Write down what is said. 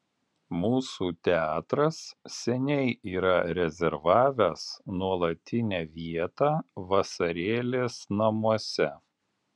mūsų teatras seniai yra rezervavęs nuolatinę vietą vasarėlės namuose